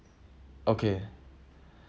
okay